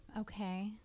Okay